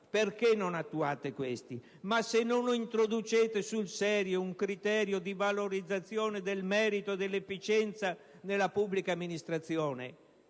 Perché non li attuate? Se non introducete sul serio un criterio di valorizzazione del merito dell'efficienza nella pubblica amministrazione,